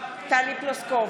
טלי פלוסקוב,